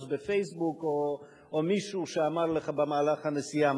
ב"פייסבוק" או משהו שמישהו אמר לך במהלך הנסיעה.